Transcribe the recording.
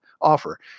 offer